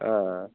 ஆ ஆ